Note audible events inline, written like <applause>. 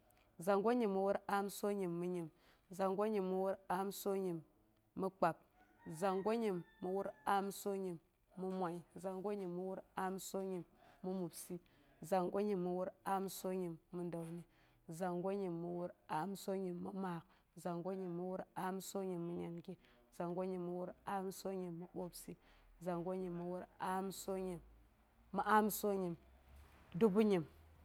Zongo nyim mi wur amsonyim mi nyim, zongo nyim mi wur amsonyim mi kpab, <noise> zongo nyim mi wur amsonyim mi moi, zongo nyim mi wur amsonyim mi mobsi, zongo nyim mi wur amsonyim mi dəuni, zongo nyim mi wur amsonyim mi maak, zongo nyim mi wur amsonyim mi nyangi, zongo nyim mi wur amsonyim mi ɓwoobsi, zongo nyim mi wur amsonyim mi amsonyim, dubu nyim.